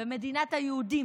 במדינת היהודים,